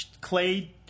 clay